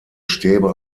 stäbe